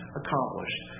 accomplished